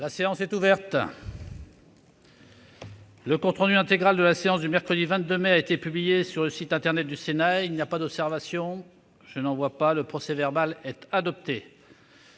La séance est ouverte. Le compte rendu intégral de la séance du mercredi 22 mai 2019 a été publié sur le site internet du Sénat. Il n'y a pas d'observation ?... Le procès-verbal est adopté.